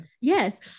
yes